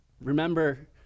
remember